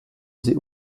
sie